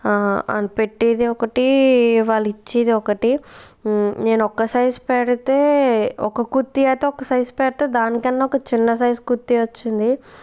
పెట్టేది ఒకటి వాళు ఇచ్చేది ఒకటి నేను ఒక సైజ్ పెడితే ఒక కుర్తి అయితే ఒక సైజు పెడితే దానికన్నా ఒక చిన్న సైజు కుర్తి వచ్చింది